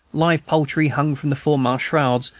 live poultry hung from the foremast shrouds,